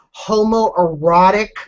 homoerotic